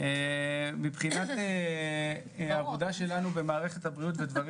מבחינת העבודה שלנו במערכת הבריאות הדברים